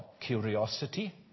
curiosity